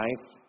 life